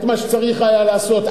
את מה שצריך היה לעשות,